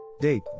Date